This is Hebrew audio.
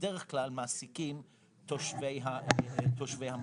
מעסיקים תושבי המקום.